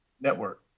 network